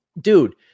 Dude